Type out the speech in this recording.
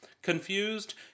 Confused